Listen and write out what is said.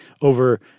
over